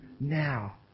now